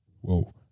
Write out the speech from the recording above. whoa